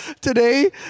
today